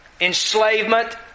enslavement